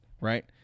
right